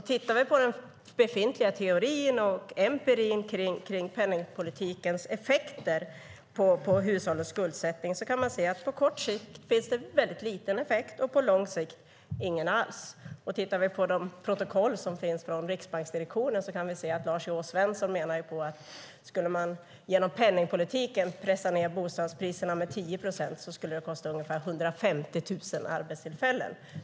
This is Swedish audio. Studerar vi den befintliga teorin och empirin kring penningpolitikens effekter på hushållens skuldsättning kan vi notera att det på kort sikt finns väldigt liten effekt och på lång sikt ingen alls. Tittar vi på de protokoll som finns från riksbanksdirektionen kan vi se att Lars E O Svensson menar att skulle man genom penningpolitiken pressa ned bostadspriserna med 10 procent skulle det kosta ungefär 150 000 arbetstillfällen.